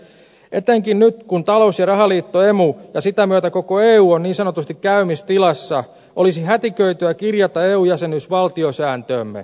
etenkin nyt kun talous ja rahaliitto emu ja sitä myötä koko eu on niin sanotusti käymistilassa olisi hätiköityä kirjata eu jäsenyys valtiosääntöömme